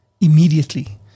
immediately